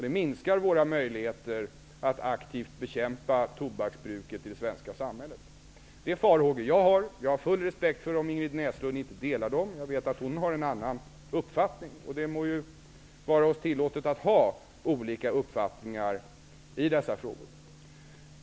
Det minskar våra möjligheter att aktivt bekämpa tobaksbruket i det svenska samhället. Det här är farhågor som jag har. Jag har full respekt för att Ingrid Näslund inte delar dem. Jag vet att hon har en annan uppfattning. Det må vara oss tillåtet att ha olika uppfattningar i dessa frågor.